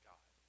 God